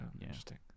Interesting